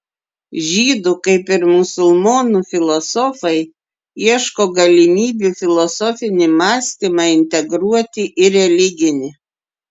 žydų kaip ir musulmonų filosofai ieško galimybių filosofinį mąstymą integruoti į religinį